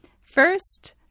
First